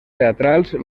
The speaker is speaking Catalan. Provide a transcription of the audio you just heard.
teatrals